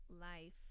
life